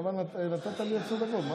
נתת לי עשר דקות.